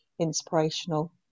inspirational